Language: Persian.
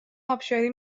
ابشاری